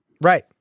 Right